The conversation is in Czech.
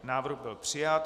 Návrh byl přijat.